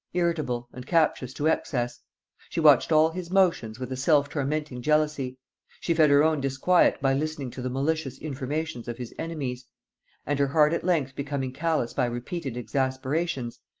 irritable, and captious to excess she watched all his motions with a self-tormenting jealousy she fed her own disquiet by listening to the malicious informations of his enemies and her heart at length becoming callous by repeated exasperations,